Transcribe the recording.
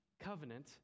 covenant